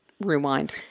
rewind